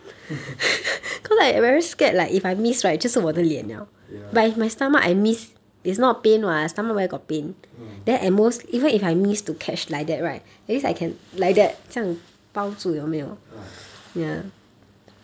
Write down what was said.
ya ah ah